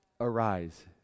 arise